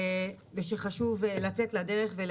וחשוב לצאת לדרך כדי